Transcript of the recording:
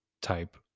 type